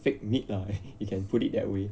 fake meat lah you can put it that way